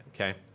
okay